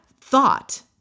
thought